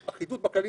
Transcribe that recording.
אחידות בכללים,